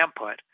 input